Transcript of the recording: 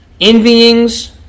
Envyings